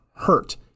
hurt